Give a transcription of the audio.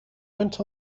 went